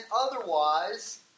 otherwise